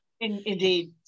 Indeed